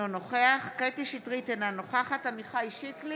אינו נוכח איימן עודה,